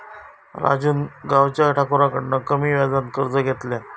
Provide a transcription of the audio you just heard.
राजून गावच्या ठाकुराकडना कमी व्याजात कर्ज घेतल्यान